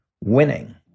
winning